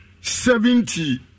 seventy